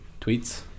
tweets